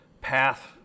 path